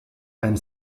and